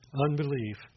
unbelief